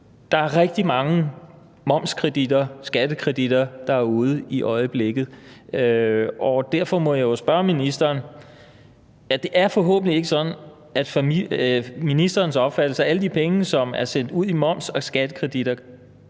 der er rigtig mange momskreditter og skattekreditter derude i øjeblikket. Derfor må jeg jo spørge ministeren om noget. Det er forhåbentlig ikke sådan, at det er ministerens opfattelse, at alle de penge, som er sendt ud i moms- og skattekreditter,